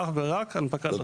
אך ורק הנפקת דרכונים.